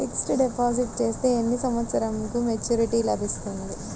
Fixed deposit చేస్తే ఎన్ని సంవత్సరంకు మెచూరిటీ లభిస్తుంది?